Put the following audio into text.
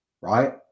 right